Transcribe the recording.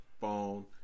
phone